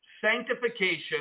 sanctification